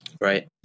Right